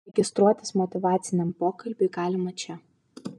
registruotis motyvaciniam pokalbiui galima čia